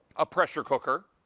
a pressure cooker,